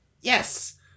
Yes